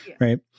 right